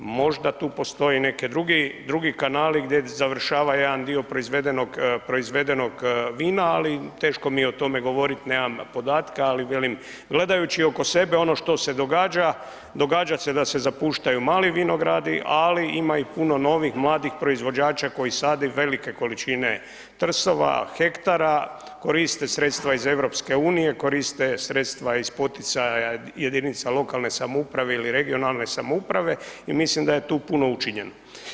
Možda tu postoje i neke druge, drugi kanali gdje završava jedan dio proizvedenog, proizvedenog vina, ali teško mi je o tome govoriti, nemam podatke, ali velim gledajući oko sebe ono što se događa, događa se da se zapuštaju mali vinogradi, ali ima i puno novih mladih proizvođača koji sade velike količine trsova, hektara, koriste sredstva iz Europske unije, koriste sredstva iz poticaja jedinica lokalne samouprave ili regionalne samouprave, i mislim da je tu puno učinjeno.